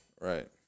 Right